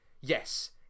Yes